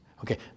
Okay